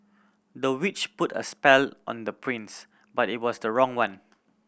the witch put a spell on the prince but it was the wrong one